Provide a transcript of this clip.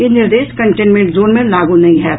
ई निर्देश containment zone मे लागू नहि होयत